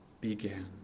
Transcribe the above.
began